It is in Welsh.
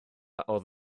oedd